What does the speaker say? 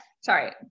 sorry